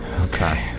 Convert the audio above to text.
Okay